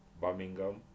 Birmingham